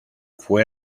fue